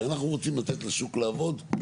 הרי אנחנו רוצים לתת לשוק לעבוד.